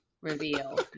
reveal